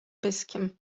pyskiem